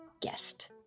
guest